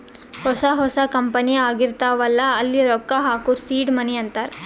ಹೊಸಾ ಹೊಸಾ ಕಂಪನಿ ಆಗಿರ್ತಾವ್ ಅಲ್ಲಾ ಅಲ್ಲಿ ರೊಕ್ಕಾ ಹಾಕೂರ್ ಸೀಡ್ ಮನಿ ಅಂತಾರ